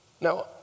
Now